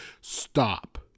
stop